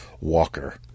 walker